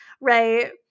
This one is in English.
right